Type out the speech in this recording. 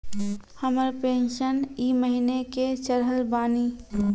हमर पेंशन ई महीने के चढ़लऽ बानी?